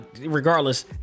regardless